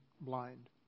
blind